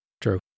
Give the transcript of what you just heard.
true